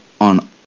on